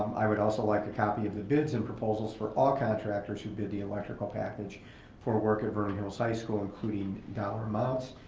i would also like a copy of the bids and proposals for all contractors who bid the electrical package for work at vernon hills high school, including dollar amounts.